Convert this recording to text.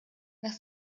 nach